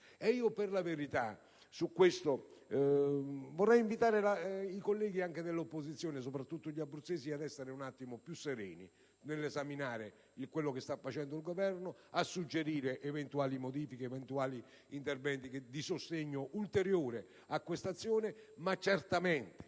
Al riguardo, dunque, vorrei invitare i colleghi dell'opposizione, soprattutto gli abruzzesi, ad essere più sereni nell'esaminare quello che sta facendo il Governo, a suggerire eventuali modifiche ed interventi di sostegno ulteriori a questa azione; ma certamente